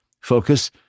focus